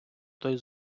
той